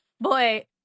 boy